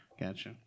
gotcha